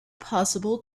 possible